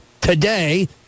today